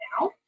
now